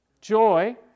Joy